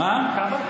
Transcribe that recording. כמה?